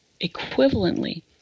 equivalently